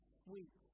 sweet